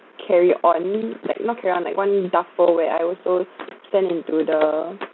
carry on like not carry on like one duffel where I also sent into the